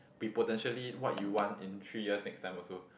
be potentially what you want in three years next time also